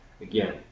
Again